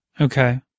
Okay